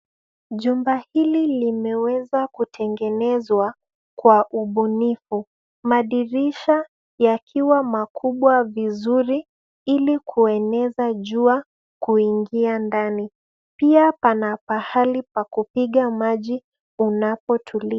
Jumba hili limeweza kutengenezwa kwa ubunifu. Madirisha yakiwa makubwa vizuri ili kueneza jua kuingia ndani. Pia pana pahali pa kupiga maji unapotulia.